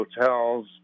hotels